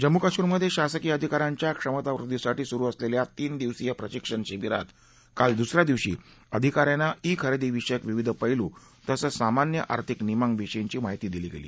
जम्मू काश्मीरमध्यश्रीसकीय अधिकाऱ्यांच्या क्षमता वृद्दीसाठी सुरू असलख्खा तीन दिवसीय प्रशिक्षण शिबीरात काल दुस या दिवशी अधिकाऱ्यांना ई खरेदीविषयक विविध पेलू तसंच सामान्य आर्थिक नियमांविषयीची माहिती दिली गद्ती